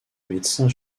médecins